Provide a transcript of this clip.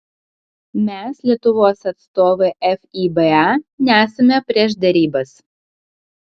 mes lietuvos atstovai fiba nesame prieš derybas